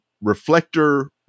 reflector